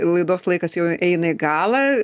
laidos laikas jau eina į galą